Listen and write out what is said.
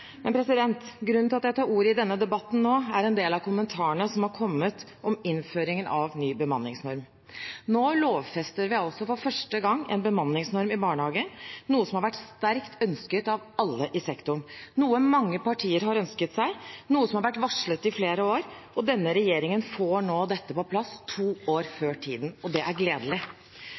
Grunnen til at jeg nå tar ordet i denne debatten, er en del av kommentarene som har kommet om innføringen av ny bemanningsnorm. Nå lovfester vi for første gang en bemanningsnorm i barnehagen, noe som har vært sterkt ønsket av alle i sektoren, noe som mange partier har ønsket seg, og noe som har vært varslet i flere år. Denne regjeringen får nå dette på plass – to år før tiden. Det er gledelig.